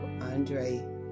Andre